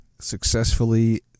successfully